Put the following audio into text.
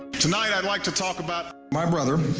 tonight i'd like to talk about my brother,